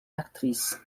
actrice